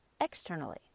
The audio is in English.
externally